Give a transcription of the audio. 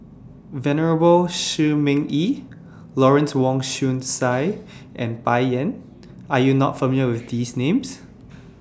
Venerable Shi Ming Yi Lawrence Wong Shyun Tsai and Bai Yan Are YOU not familiar with These Names